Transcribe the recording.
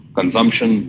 consumption